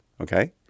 okay